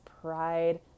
pride